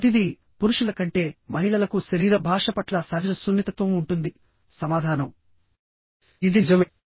మొదటిది పురుషుల కంటే మహిళలకు శరీర భాష పట్ల సహజ సున్నితత్వం ఉంటుంది సమాధానం ఇది నిజమే